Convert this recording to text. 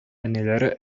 әниләре